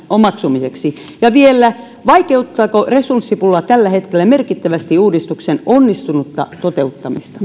omaksumiseksi ja vielä vaikeuttaako resurssipula tällä hetkellä merkittävästi uudistuksen onnistunutta toteuttamista